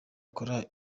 gukora